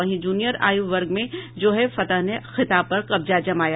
वहीं जूनियर आयु वर्ग में जोहेब फतह ने खिताब पर कब्जा जमाया